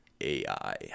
AI